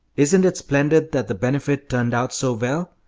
isn't it splendid that the benefit turned out so well?